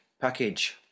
package